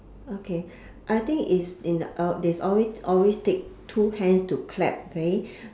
okay I think is in uh always always take two hands to clap okay